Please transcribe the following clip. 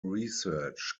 research